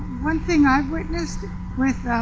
one thing i have witnessed with